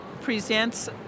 presents